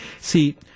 See